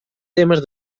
temes